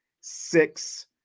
six